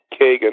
Kagan